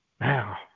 Now